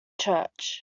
church